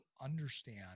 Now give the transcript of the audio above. understand